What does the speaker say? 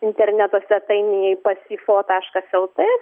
interneto svetainėje pasifo taškas lt